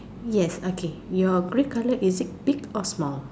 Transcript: yes okay your grey colour is it big or small